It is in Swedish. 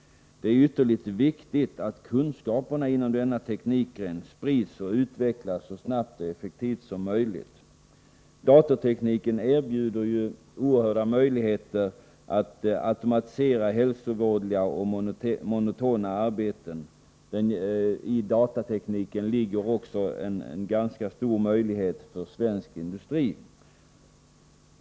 Det är ytterligt viktigt att kunskaperna inom denna teknikgren sprids och utvecklas så snabbt och effektivt som möjligt. Datatekniken erbjuder oerhörda möjligheter att automatisera hälsovådliga och monotona arbeten. I datatekniken ligger också en ganska stor möjlighet för svensk industri.